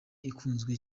ikunzwe